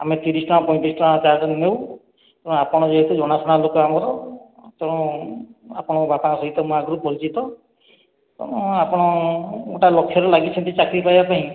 ଆମେ ତିରିଶ ଟଙ୍କା ପଇଁତିରିଶ ଟଙ୍କା ଚାର୍ଜ ବି ନେଉ ତେଣୁ ଆପଣ ଯେହେତୁ ଜଣାଶୁଣା ଲୋକ ଆମର ତେଣୁ ଆପଣଙ୍କ ବାପା ସହିତ ମୁଁ ଆଗରୁ ପରିଚିତ ତେଣୁ ଆପଣ ଗୋଟେ ଲକ୍ଷରେ ଲାଗିଛନ୍ତି ଚାକିରୀ ପାଇବାପାଇଁ